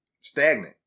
stagnant